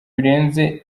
birenze